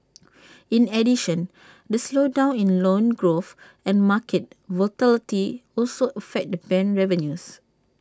in addition the slowdown in loan growth and market volatility also affect the bank revenues